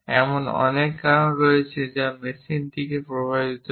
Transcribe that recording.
এমন অনেক কারণ রয়েছে যা এই মেশিনটিকে প্রভাবিত করে